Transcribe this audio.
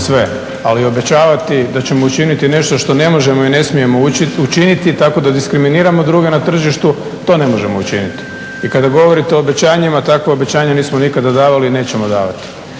sve, ali obećavati da ćemo učiniti nešto što ne možemo ili ne smijemo učiniti tako da diskriminiramo druge na tržištu, to ne možemo učiniti. I kada govorite o obećanjima, takva obećanja nismo nikada davali i nećemo davati.